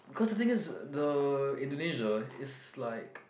because the thing is the Indonesia is like